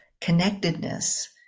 connectedness